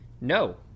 No